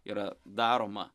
yra daroma